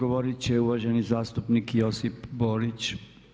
Odgovorit će uvaženi zastupnik Josip Borić.